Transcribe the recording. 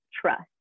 trust